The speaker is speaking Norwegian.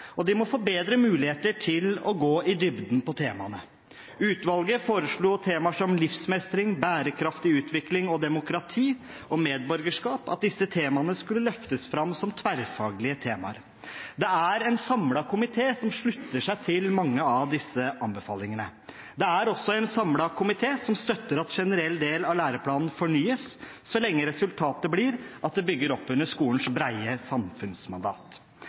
og de må få bedre muligheter til å gå i dybden på temaene. Utvalget foreslo temaer som livsmestring, bærekraftig utvikling, demokrati og medborgerskap, og at disse temaene skulle løftes fram som tverrfaglige temaer. Det er en samlet komité som slutter seg til mange av disse anbefalingene. Det er også en samlet komité som støtter at generell del av læreplanen fornyes, så lenge resultatet blir at det bygger opp under skolens brede samfunnsmandat.